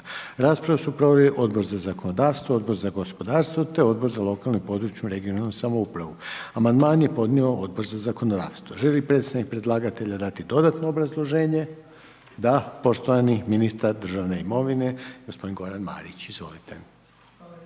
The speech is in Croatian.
Raspravu su proveli Odbor za zakonodavstvo, Odbor za gospodarstvo, te Odbor za lokalnu i područnu regionalnu samoupravu. Amandman je podnio Odbor za zakonodavstvo. Želi li predsjednik predlagatelja dati dodatno obrazloženje? Da, poštovani ministar državne imovine gospodin Goran Marić, izvolite.